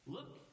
Look